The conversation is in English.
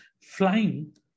flying